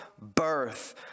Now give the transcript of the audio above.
birth